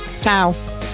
Ciao